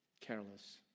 careless